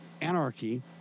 anarchy